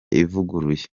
ivuguruye